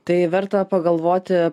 tai verta pagalvoti